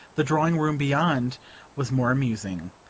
the dining-room beyond was more amusing,